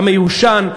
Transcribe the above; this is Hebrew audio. המיושן,